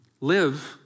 live